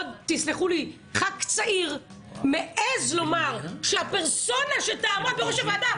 תסלחו לי ח"כ צעיר - מעיז לומר שהפרסונה שתעמוד בראש הוועדה